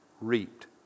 reaped